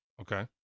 Okay